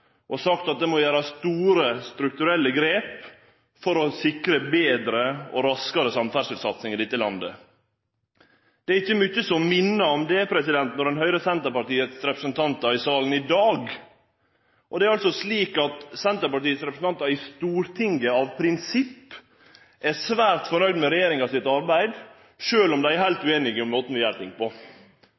og sagt at det må gjerast store strukturelle grep for å sikre betre og raskare samferdselssatsing i dette landet. Det er ikkje mykje som minner om det når ein hører Senterpartiets representantar i salen i dag. Det er altså slik at Senterpartiet sine representantar i Stortinget av prinsipp er svært nøgde med regjeringa sitt arbeid, sjølv om dei er heilt ueinige i måten vi gjer ting på.